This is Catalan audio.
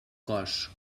cos